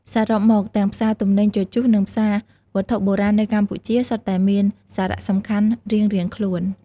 សរុបមក ទាំងផ្សារទំនិញជជុះ និងផ្សារវត្ថុបុរាណនៅកម្ពុជា សុទ្ធតែមានសារៈសំខាន់រៀងៗខ្លួន។